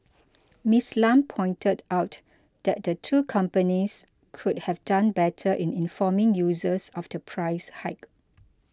Ms Lam pointed out that the two companies could have done better in informing users of the price hike